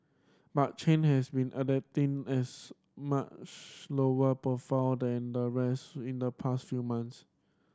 but Chen has been adapting as much lower profile than the rest in the past few months